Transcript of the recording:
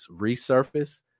resurface